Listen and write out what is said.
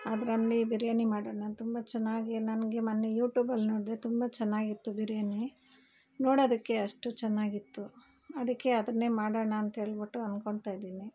ಅದರಲ್ಲಿ ಬಿರಿಯಾನಿ ಮಾಡೋಣ ತುಂಬ ಚೆನ್ನಾಗಿ ನನಗೆ ಮೊನ್ನೆ ಯೂಟ್ಯೂಬಲ್ಲಿ ನೋಡ್ದೆ ತುಂಬ ಚೆನ್ನಾಗಿತ್ತು ಬಿರಿಯಾನಿ ನೋಡೋದಕ್ಕೆ ಅಷ್ಟು ಚೆನ್ನಾಗಿತ್ತು ಅದಕ್ಕೆ ಅದನ್ನೇ ಮಾಡೋಣ ಅಂಥೇಳ್ಬಿಟ್ಟು ಅಂದ್ಕೊಳ್ತಾಯಿದ್ದೀನಿ